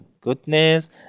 goodness